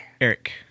Eric